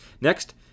Next